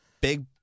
big